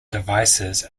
devices